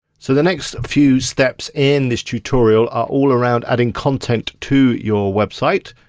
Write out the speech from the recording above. so the next few steps in this tutorial are all around adding content to your website.